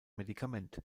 medikament